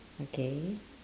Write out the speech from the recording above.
okay